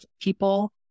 people